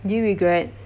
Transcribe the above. do you regret